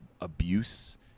abuse